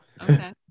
okay